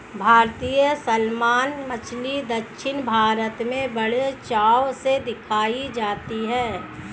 भारतीय सालमन मछली दक्षिण भारत में बड़े चाव से खाई जाती है